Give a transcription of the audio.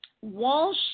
Walsh